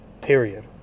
Period